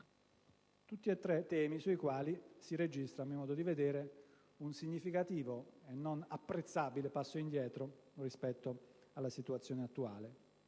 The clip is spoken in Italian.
tratta di tre temi sui quali si registra ‑ a mio modo di vedere ‑ un significativo e non apprezzabile passo indietro rispetto alla situazione attuale,